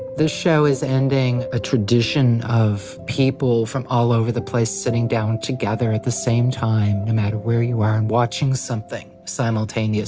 the show is ending a tradition of people from all over the place sitting down together at the same time no matter where you are and watching something simultaneously